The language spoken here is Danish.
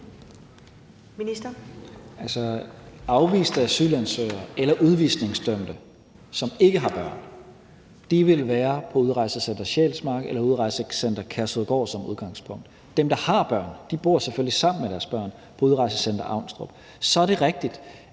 Altså, afviste asylansøgere eller udvisningsdømte, som ikke har børn, vil være på Udrejsecenter Sjælsmark eller Udrejsecenter Kærshovedgård som udgangspunkt. Dem, der har børn, bor selvfølgelig sammen med deres børn på Udrejsecenter Avnstrup. Så er det rigtigt,